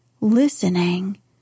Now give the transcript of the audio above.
listening